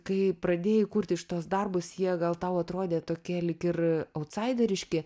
kai pradėjai kurti šituos darbus jie gal tau atrodė tokie lyg ir autsaideriški